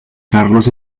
carlos